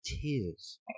tears